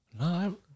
No